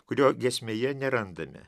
kurio giesmėje nerandame